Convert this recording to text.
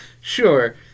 Sure